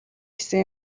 гэсэн